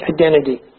identity